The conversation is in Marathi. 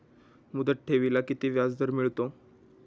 मुदत ठेवीला किती व्याजदर मिळतो?